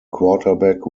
quarterback